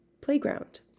Playground